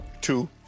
Two